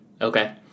Okay